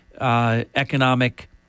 economic